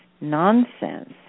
Nonsense